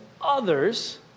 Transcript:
others